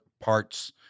parts